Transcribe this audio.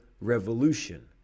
Revolution